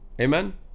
Amen